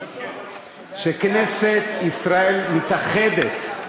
שכנסת ישראל מתאחדת,